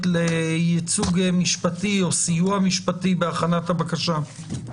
לייצוג משפטי או סיוע משפטי בהכנת הבקשה.